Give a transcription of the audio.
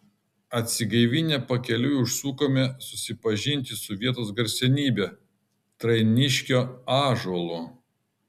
atsigaivinę pakeliui užsukome susipažinti su vietos garsenybe trainiškio ąžuolu